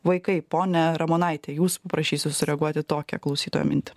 vaikai ponia ramonaite jus paprašysiu sureaguoti į tokią klausytojo mintį